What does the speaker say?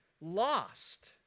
lost